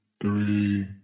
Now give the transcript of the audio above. three